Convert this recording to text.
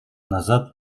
назад